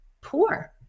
poor